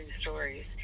stories